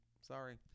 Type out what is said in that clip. sorry